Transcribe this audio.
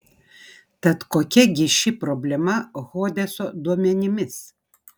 tad kokia gi ši problema hodeso duomenimis